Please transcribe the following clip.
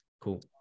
Cool